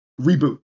Reboot